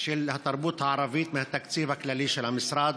של התרבות הערבית מהתקציב הכללי של המשרד?